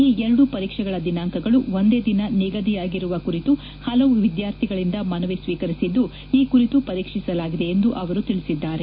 ಈ ಎರಡೂ ಪರೀಕ್ಷೆಗಳ ದಿನಾಂಕಗಳು ಒಂದೇ ದಿನ ನಿಗದಿಯಾಗಿರುವ ಕುರಿತು ಹಲವು ವಿದ್ಯಾರ್ಥಿಗಳಿಂದ ಮನವಿ ಸ್ಸೀಕರಿಸಿದ್ದು ಈ ಕುರಿತು ಪರೀಕ್ಷಿಸಲಾಗಿದೆ ಎಂದು ಅವರು ತಿಳಿಸಿದ್ದಾರೆ